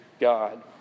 God